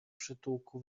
przytułku